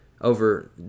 over